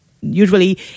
usually